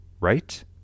Right